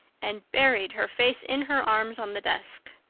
and buried her face in her arms on the desk.